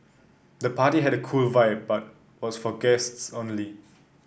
the party had a cool vibe but was for guests only